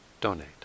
donate